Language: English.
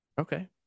Okay